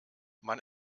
man